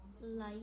light